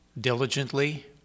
Diligently